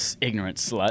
ignorant